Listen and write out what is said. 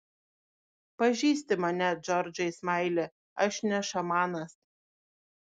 pažįsti mane džordžai smaili aš ne šamanas